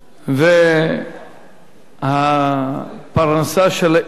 והפרנסה שלהם,